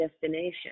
destination